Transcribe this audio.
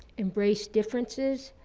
embrace differences,